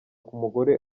umugore